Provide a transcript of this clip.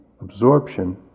Absorption